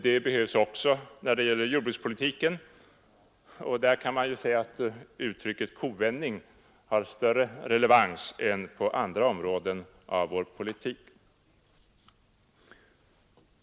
Det behövs också när det gäller jordbrukspolitiken, och där kan man ju säga att uttrycket kovändning har större relevans än på andra områden i vår politik.